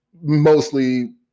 mostly